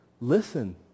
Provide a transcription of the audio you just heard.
listen